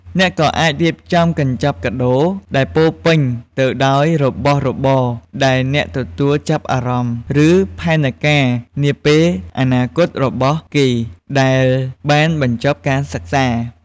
អ្នកក៏អាចរៀបចំកញ្ចប់កាដូ ដែលពោរពេញទៅដោយរបស់របរដែលអ្នកទទួលចាប់អារម្មណ៍ ឬ ផែនការនាពេលអនាគតរបស់គេពេលដែលបានបញ្ចប់ការសិក្សា។